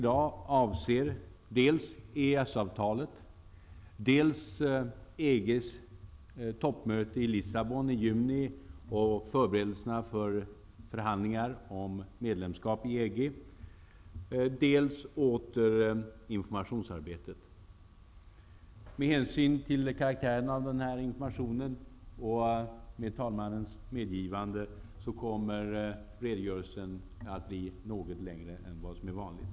dels EG:s toppmöte i Lissabon i juni och förberedelserna för förhandlingar om medlemskap i EG, Med hänsyn till karaktären av den här informationen och med talmannens medgivande kommer redogörelsen att bli något längre än vad som är vanligt.